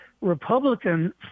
republican